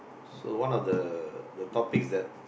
so one of the the topics that